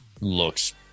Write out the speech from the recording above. Looks